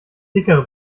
dickere